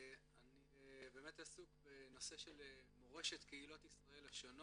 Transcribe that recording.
אני באמת עסוק בנושא של מורשת קהילות ישראל השונות.